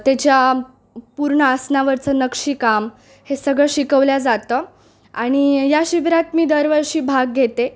त्याच्या पूर्ण आसनावरचं नक्षीकाम हे सगळं शिकवल्या जातं आणि या शिबीरात मी दरवर्षी भाग घेते